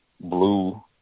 blue